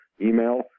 email